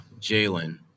Jalen